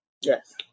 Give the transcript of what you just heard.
Yes